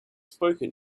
spoken